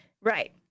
Right